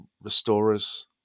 restorers